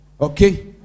Okay